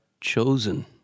chosen